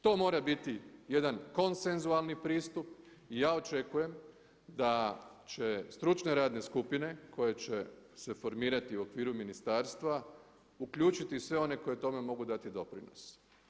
To mora biti jedan konsenzualni pristup i ja očekujem da će stručne radne skupine koje će se formirati u okviru ministarstva uključiti sve one koji tome mogu dati doprinos.